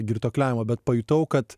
girtuokliavimo bet pajutau kad